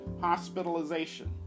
hospitalization